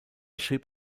schrieb